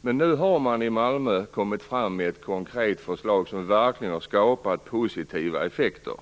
Men nu har man i Malmö kommit fram till ett konkret förslag som verkligen har fått positiva effekter.